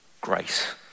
grace